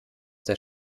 der